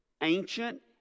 ancient